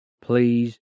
please